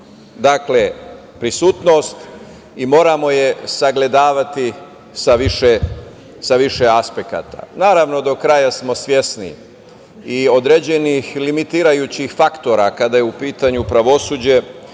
svoju prisutnost i moramo je sagledavati sa više aspekata. Naravno, do kraja smo svesni i određenih limitirajućih faktora kada je u pitanju pravosuđe,